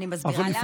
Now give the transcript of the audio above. אני מסבירה למה.